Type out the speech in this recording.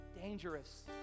Dangerous